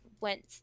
went